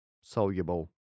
soluble